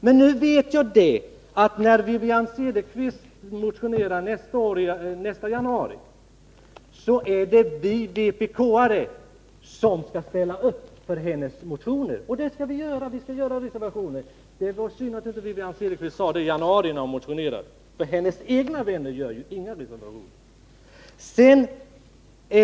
Men nu vet jag att när Wivi-Anne Cederqvist motionerar i januari nästa år, är det vi vpk-are som skall ställa upp för hennes motioner. Det skall vi göra. Vi skall avge reservationer. Det var synd att Wivi-Anne Cederqvist inte sade till om det i januari i år, när hon motionerade, för hennes partivänner reserverar sig ju inte.